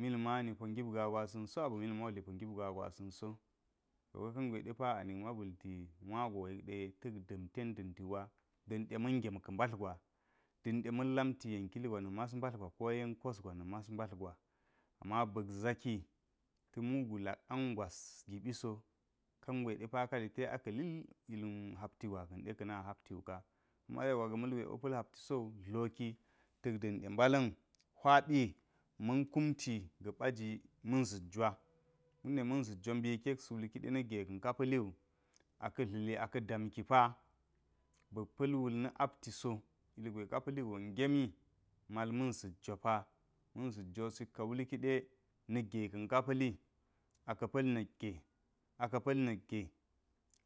Mil mani po ngip gaa gwa sa̱nsa aba̱ milk modli po ngip gaa gwa sa̱n so. To de kangwe anik ma ba̱lti wa go yek ɗe ta̱k da̱nte da̱ntigwa da̱n de ma̱n gem ka̱ mbatl gwa, da̱nɗe ma̱n lamti yen kili gwa na mas mbatlgwa ko yen kosgwa na mas mbatl gwa. Ama ba̱k zaki ta mugu lak an gwas gibiso kangwe depa ka luklil hapti gwaka̱n de ka̱na haptiwu ka. Kuma yewa ga̱ malgwe po pa̱l hapti so dloki tak dande mbala̱n hwaɓi man kumti ga̱ba ji ma̱n za̱k jwa. Kunde ma̱n za̱k jwa mbeki yek sa wulke nak gen ka̱n kapa̱liwu, aka̱ tlili aka damki re ba̱k pa̱l wulna abti go, ilgwe ka pa̱li go ngemi mal ma̱n za̱k jwa pa. Ma̱n za̱k jwa wo sika wulki de na̱k ge ka̱n ka pa̱li, aka̱ pa̱l na̱gge kapali, aka̱ pa̱l na̱gge, aka̱ pa̱l na̱gge.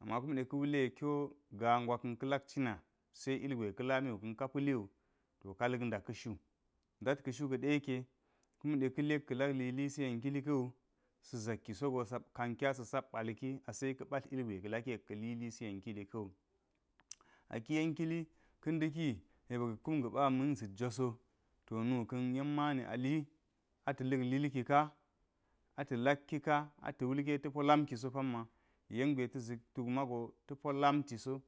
Ama kume ka wule kiwo gaa gwa ka̱n ka̱ lak cina se ilgwe ka̱lamiwu ka̱n ka pa̱li wu to ka lu nda ka̱ shu ndata ka shu kaḏe yeke, kume ka̱li yek ka̱ lak lilisi yen kili ka̱wu sa zakki so jo sa kanki asak ɓalki se ka̱ matl ilgwe laki yek ka̱ lili yen kili ka̱wu. Aki yen kili ka̱ ndaki yek ba̱ka̱ kum ga̱ɓa ma̱n za̱k jwasi to nuka̱n yen mani ali ata̱ luk lilki ka, ata̱ laki ka ata wulke tapo lamki so pamma yen gwe ta zit tuk mago ta̱po lamti so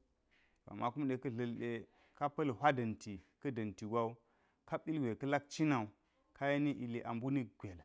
to ama kume ka̱ dlalte ka pa̱l hwa da̱nti ka̱ da̱nti gwa wu kap ilgwe ka lak cinawu, ka yeni ili ambunik gwel.